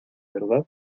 verdad